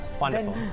Wonderful